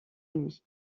nuit